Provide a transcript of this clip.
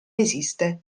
esiste